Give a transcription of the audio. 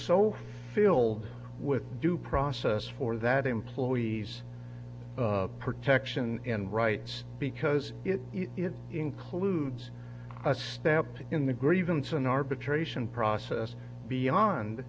so filled with due process for that employees protection and rights because it includes a stamp in the grievance an arbitration process beyond